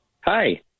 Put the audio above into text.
Hi